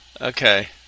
Okay